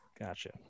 Gotcha